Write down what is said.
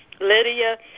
Lydia